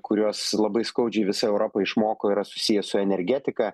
kuriuos labai skaudžiai visa europa išmoko yra susiję su energetika